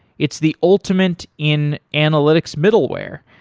it's the ultimate in analytics middleware.